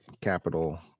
capital